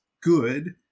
good